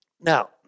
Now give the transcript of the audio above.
Now